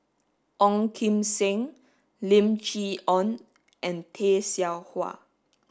Ong Kim Seng Lim Chee Onn and Tay Seow Huah